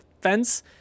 fence